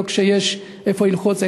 לא כשיש איפה ללחוץ,